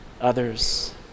others